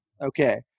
okay